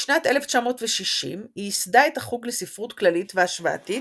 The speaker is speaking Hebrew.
בשנת 1960 היא ייסדה את החוג לספרות כללית והשוואתית,